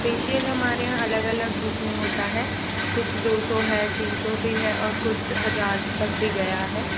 facial हमारे यहाँ अलग अलग उस में होता है कुछ दो सौ है तीन सौ भी है और कुछ हज़ार तक बी गया है